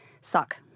suck